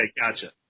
gotcha